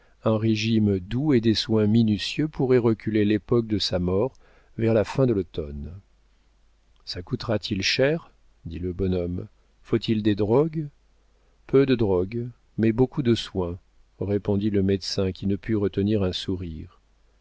un régime doux et des soins minutieux pourraient reculer l'époque de sa mort vers la fin de l'automne ça coûtera t il cher dit le bonhomme faut-il des drogues peu de drogues mais beaucoup de soins répondit le médecin qui ne put retenir un sourire